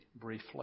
briefly